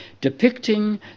depicting